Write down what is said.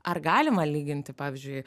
ar galima lyginti pavyzdžiui